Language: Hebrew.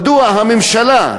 מדוע הממשלה,